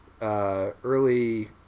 early